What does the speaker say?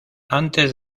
antes